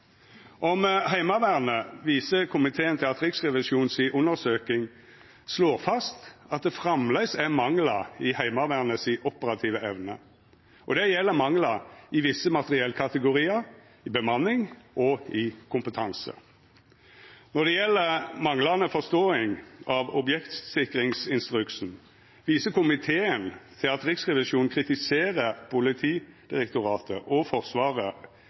om objektsikkerheit. Fristen etter mogleg fristforlenging med eitt år gjekk ut 1. januar 2015. Når det gjeld Heimevernet, viser komiteen til at Riksrevisjonen si undersøking slår fast at det framleis er manglar i Heimevernet si operative evne, og det gjeld manglar i visse materiellkategoriar, i bemanning og i kompetanse. Når det gjeld manglande forståing av objektsikringsinstruksen, viser komiteen til at